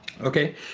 Okay